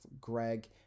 Greg